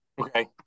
Okay